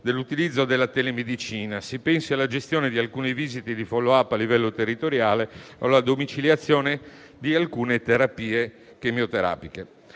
dell'utilizzo della telemedicina: si pensi alla gestione di alcune visite di *follow-up* a livello territoriale o alla domiciliazione di alcune terapie chemioterapiche.